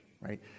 right